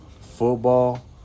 football